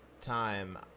time